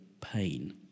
pain